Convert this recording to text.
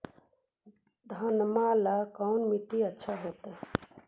घनमा ला कौन मिट्टियां अच्छा होतई?